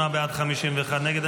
58 בעד, 51 נגד.